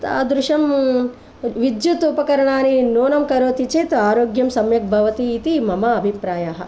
तादृशं विद्युत् उपकरणानि न्यूनं करोति चेत् आरोग्यं सम्यक् भवति इति मम अभिप्रायः